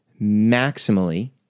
maximally